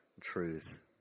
truth